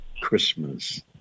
Christmas